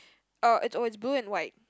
uh it's oh it's blue and white